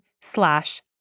slash